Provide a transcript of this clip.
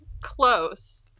close